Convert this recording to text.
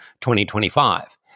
2025